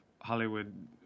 hollywood